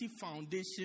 foundation